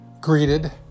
greeted